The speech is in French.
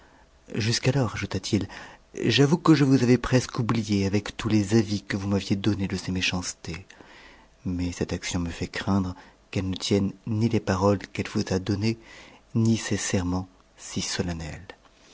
jusqu'alors ajouta-t-il j'avoue que je vous avais presque oublié avec tous les avis que vous m'aviez donnés de ses méchancetés mais cette action me fait craindre qu'elle ne tienne ni les paroles qu'elle vous a données ni ses serments si solennels